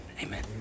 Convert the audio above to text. Amen